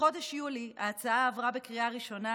בחודש יולי ההצעה עברה בקריאה ראשונה,